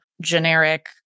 generic